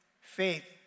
Faith